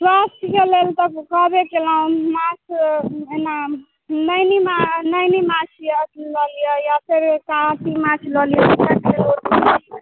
स्वास्थ्यके लेल तऽ कहबे केलहुँ माछमे नैनी माछ नैनी माछ लऽ लिअ या फेर काँटी माछ लऽ लिअ या फेर